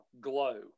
Glow